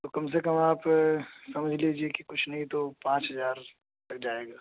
تو کم سے کم آپ سمجھ لیجیے کہ کچھ نہیں تو پانچ ہزار تک جائے گا